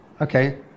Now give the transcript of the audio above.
Okay